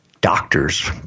doctors